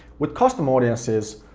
with custom audiences,